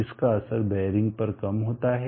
इसका असर बेअरिंग पर कम होता है